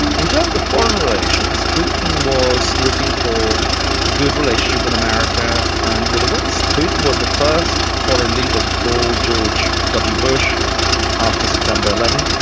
in terms of foreign relations, putin was looking for a good relationship with america and with the west. putin was the first foreign leader to call george w bush after september eleven.